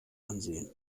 ansehen